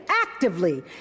actively